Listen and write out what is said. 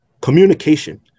Communication